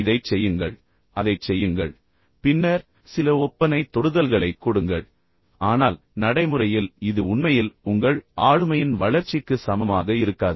இதைச் செய்யுங்கள் அதைச் செய்யுங்கள் பின்னர் சில ஒப்பனை தொடுதல்களைக் கொடுங்கள் ஆனால் நடைமுறையில் இது உண்மையில் உங்கள் ஆளுமையின் வளர்ச்சிக்கு சமமாக இருக்காது